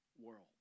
world